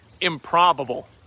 improbable